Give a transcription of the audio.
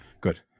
good